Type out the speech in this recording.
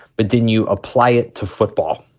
but then you apply it to football.